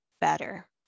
better